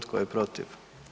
Tko je protiv?